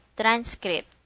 transcript